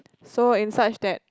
so in such that